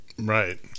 Right